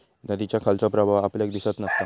नदीच्या खालचो प्रवाह आपल्याक दिसत नसता